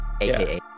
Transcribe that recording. aka